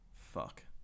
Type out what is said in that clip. Fuck